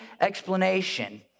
explanation